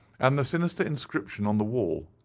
and the sinister inscription on the wall,